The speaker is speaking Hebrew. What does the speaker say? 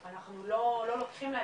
אני מתחבר לכל מילה.